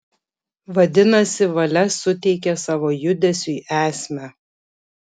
vadinasi valia suteikia savo judesiui esmę